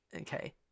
Okay